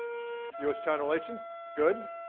us-china relations, good.